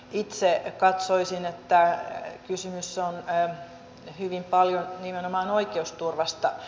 itse katsoisin että kysymys on hyvin paljon nimenomaan oikeusturvasta